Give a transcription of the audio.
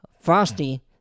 Frosty